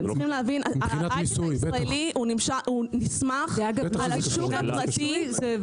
אתם צריכים להבין שההיי-טק הישראלי נסמך על השוק הפרטי.